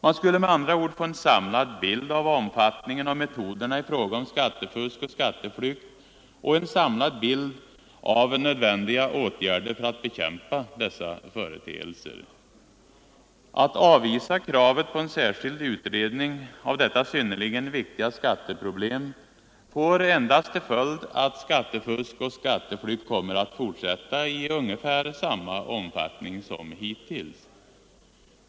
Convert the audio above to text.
Man skulle med andra ord få en samlad bild av omfattningen och metoderna i fråga om skattefusk och skatteflykt och en samlad bild av nödvändiga åtgärder för att bekämpa dessa företeelser. Att avvisa kravet på en särskild utredning av detta synnerligen viktiga skatteproblem får endast till följd att skattefusk och skatteflykt kommer att fortsätta i ungefär samma omfattning som hittills.